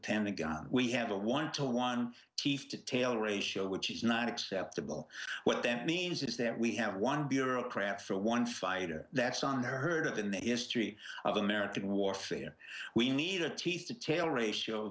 pentagon we have a one to one tif detail ratio which is not acceptable what that means is that we have one bureaucrat for one fighter that's unheard of in the history of america warfare we need a teeth to tail ratio